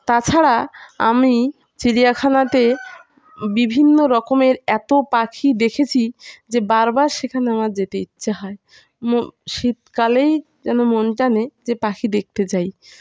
তাছাড়া আমি চিড়িয়াখানাতে বিভিন্ন রকমের এত পাখি দেখেছি যে বারবার সেখানে আমার যেতে ইচ্ছে হয় শীতকালেই যেন মন টানে যে পাখি দেখতে যাই